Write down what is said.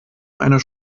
einer